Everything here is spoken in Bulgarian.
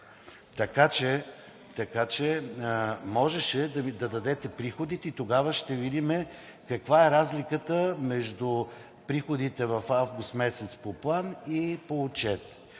зала. Можеше да дадете приходите и тогава ще видим каква е разликата между приходите в август месец по план и по отчет.